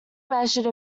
measured